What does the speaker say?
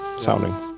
sounding